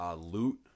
Loot